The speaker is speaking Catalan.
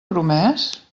promès